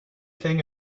thing